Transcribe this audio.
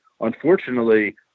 Unfortunately